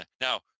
now